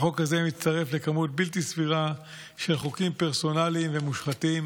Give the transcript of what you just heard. החוק הזה מצטרף לכמות בלתי סבירה של חוקים פרסונליים ומושחתים